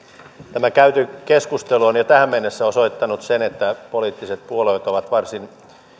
tämä käyty keskustelu on jo tähän mennessä osoittanut sen että poliittiset puolueet ovat varsin